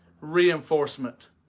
reinforcement